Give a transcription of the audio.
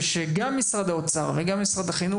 ושגם משרד האוצר וגם משרד החינוך,